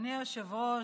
אדוני היושב-ראש,